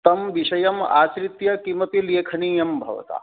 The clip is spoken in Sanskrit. तं विषयम् आश्रित्य किमपि लेखनीयं भवता